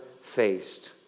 faced